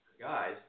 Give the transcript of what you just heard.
guys